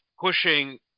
pushing